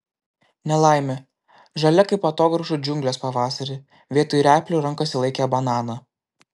nelaimė žalia kaip atogrąžų džiunglės pavasarį vietoj replių rankose laikė bananą